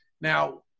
Now